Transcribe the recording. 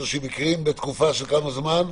130 מקרים בתקופה של כמה זמן?